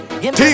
Team